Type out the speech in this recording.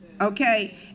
Okay